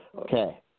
Okay